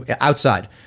outside